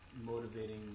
motivating